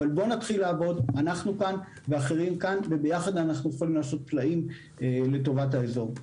אנחנו ואחרים כאן וביחד אנחנו יכולים לעשות פלאים לטובת האזור.